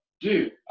dude